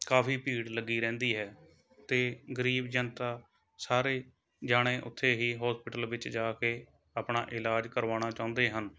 ਕਾਫ਼ੀ ਭੀੜ ਲੱਗੀ ਰਹਿੰਦੀ ਹੈ ਅਤੇ ਗਰੀਬ ਜਨਤਾ ਸਾਰੇ ਜਣੇ ਉੱਥੇ ਹੀ ਹੋਸਪੀਟਲ ਵਿੱਚ ਜਾ ਕੇ ਆਪਣਾ ਇਲਾਜ ਕਰਵਾਉਣਾ ਚਾਹੁੰਦੇ ਹਨ